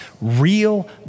real